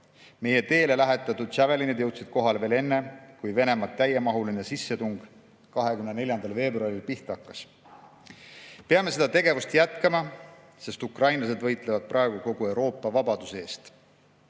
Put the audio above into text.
Meie teele lähetatud Javelinid jõudsid kohale veel enne, kui Venemaa täiemahuline sissetung 24. veebruaril pihta hakkas. Peame seda tegevust jätkama, sest ukrainlased võitlevad praegu kogu Euroopa vabaduse eest.